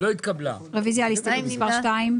התשלום כולל גם את מרכיב